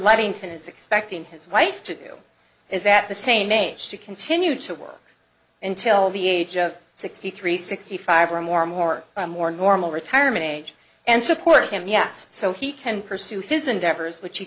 livingston is expecting his wife to do is at the same age to continue to work until the age of sixty three sixty five or more more and more normal retirement age and support him yes so he can pursue his endeavors which he